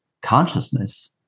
consciousness